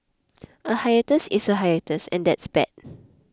a hiatus is a hiatus and that's bad